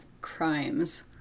crimes